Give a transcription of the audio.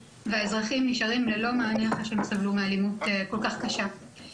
והאזרחים נשארים ללא מענה אחרי שהם סבלו מאלימות כל כך קשה.